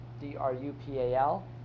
D-R-U-P-A-L